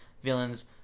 villains